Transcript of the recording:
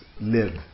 live